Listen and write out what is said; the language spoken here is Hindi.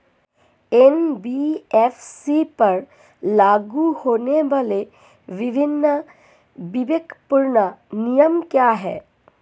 एन.बी.एफ.सी पर लागू होने वाले विभिन्न विवेकपूर्ण नियम क्या हैं?